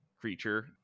creature